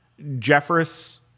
jeffress